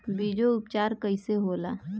बीजो उपचार कईसे होला?